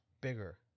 bigger